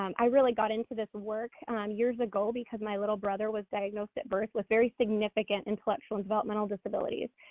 i really got into this work years ago because my little brother was diagnosed at birth with very significant intellectual developmental disabilities.